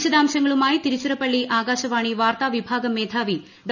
വിശദാംശങ്ങളുമായി തിരുച്ചിറപ്പള്ളി ആകാശവാണി വാർത്താ വിഭാഗം മേധാവി ഡോ